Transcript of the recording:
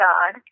God